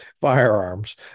firearms